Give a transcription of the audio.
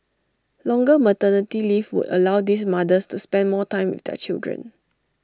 longer maternity leave would allow these mothers to spend more time with their children